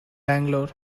bangalore